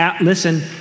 Listen